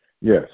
Yes